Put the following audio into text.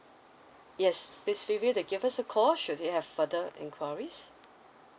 yes please feel free to give us a call should you have further enquiries